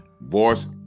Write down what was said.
Voice